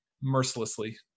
mercilessly